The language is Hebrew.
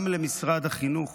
גם למשרד החינוך